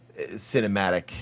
cinematic